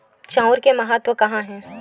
चांउर के महत्व कहां हे?